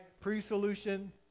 pre-solution